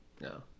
No